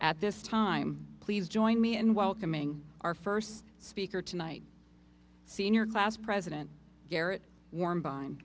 at this time please join me in welcoming our first speaker tonight senior class president garrett warm bind